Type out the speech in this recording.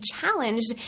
challenged